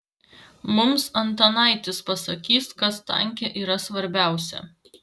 mums antanaitis pasakys kas tanke yra svarbiausia